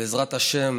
ובעזרת השם